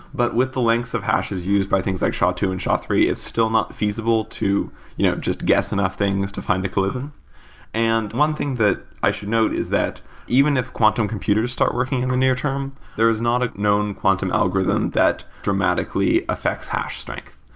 but with the lengths of hashes used by things like sha two and sha three, it's still not feasible to you know just guessing off things to find equilibrium. and one thing that i should note is that even if quantum computers start working in the near term, there is not a known quantum algorithm that dramatically affects hash strength.